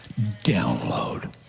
download